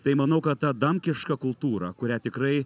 tai manau kad ta adamkiška kultūra kurią tikrai